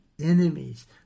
enemies